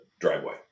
driveway